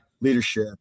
leadership